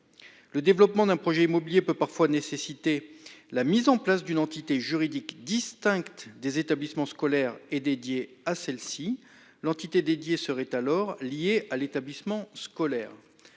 Le développement d'un projet immobilier peut parfois nécessiter la mise en place d'une entité juridique distincte des établissements scolaires et dédié à celle-ci, l'entité dédiée serait alors lié à l'établissement scolaire.